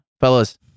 fellas